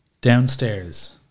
downstairs